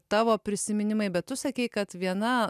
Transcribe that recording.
tavo prisiminimai bet tu sakei kad viena